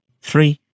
three